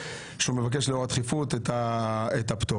שהוא מבקש לאור הדחיפות את הפטור.